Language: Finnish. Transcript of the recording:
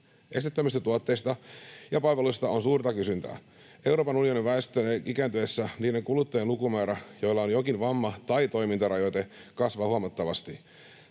Esteettömistä tuotteista ja palveluista on suurta kysyntää. Euroopan unionin väestön ikääntyessä niiden kuluttajien lukumäärä, joilla on jokin vamma tai toimintarajoite, kasvaa huomattavasti.